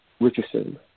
Richardson